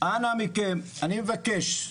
אנא מכם, אני מבקש,